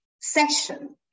session